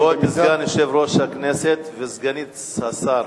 כבוד סגן יושב-ראש הכנסת וסגנית השר,